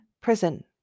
prison